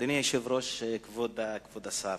אדוני היושב-ראש, כבוד השר,